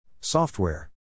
Software